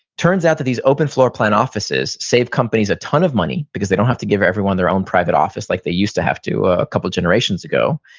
turns out that these open floor plan offices save companies a ton of money because they don't have to give everyone their own private office like they used to have to a couple generations ago.